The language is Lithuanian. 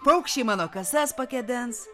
paukščiai mano kasas pakedens